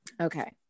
Okay